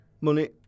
Money